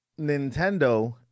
Nintendo